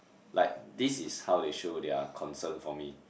like this is how they show their concern for me